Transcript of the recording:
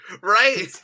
right